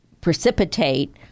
precipitate